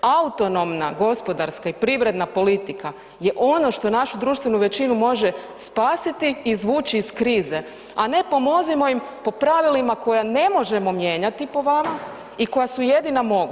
Autonomna gospodarska i privredna politika je ono što našu društvenu većinu može spasiti i izvući iz krize, a ne pomozimo im po pravilima koja ne možemo mijenjati po vama i koja su jedina moguća.